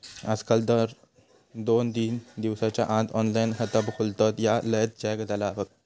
आजकाल तर दोन तीन दिसाच्या आत ऑनलाइन खाता खोलतत, ह्या लयच झ्याक झाला बघ